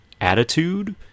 attitude